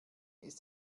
ist